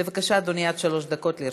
בבקשה, אדוני, עד שלוש דקות לרשותך.